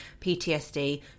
ptsd